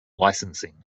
licensing